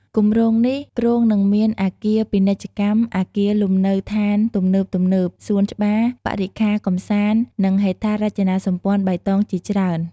គម្រោងនេះគ្រោងនឹងមានអគារពាណិជ្ជកម្ម អគារលំនៅដ្ឋានទំនើបៗ សួនច្បារ បរិក្ខារកម្សាន្ត និងហេដ្ឋារចនាសម្ព័ន្ធបៃតងជាច្រើន។